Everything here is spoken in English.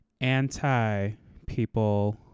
anti-people